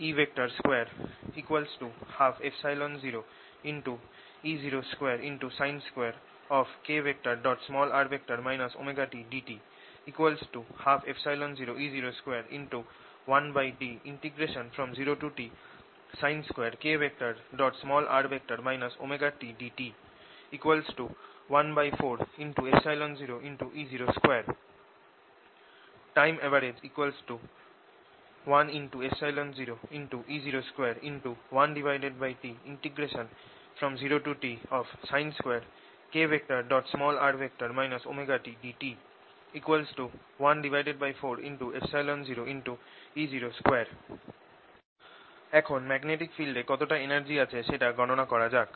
Energy content 120E2 120E02sin2kr ωtdt 120E021T0Tsin2kr ωtdt 140E02 Time average 10E021T0Tsin2kr ωtdt 140E02 এখন magnetic ফিল্ডে কতটা energy আছে সেটা গণনা করা যাক